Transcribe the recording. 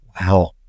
wow